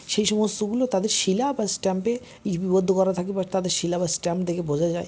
সেই সমস্তগুলো তাদের শিলা বা স্ট্যাম্পে লিপিবদ্ধ করা থাকে বা তাদের শিলা বা স্ট্যাম্প দেখে বোঝা যায়